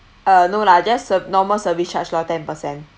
uh no lah just a normal service charge lor ten percent